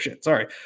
sorry